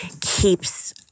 keeps